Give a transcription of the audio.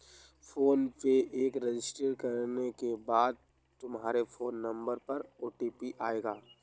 phone पे पर register करने के बाद तुम्हारे फोन नंबर पर ओ.टी.पी आएगा